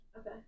Okay